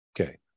Okay